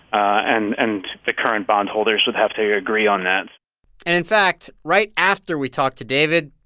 and and the current bondholders would have to yeah agree on that and in fact, right after we talked to david,